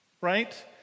Right